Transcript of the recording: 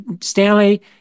Stanley